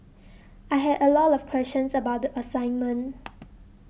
I had a lot of questions about the assignment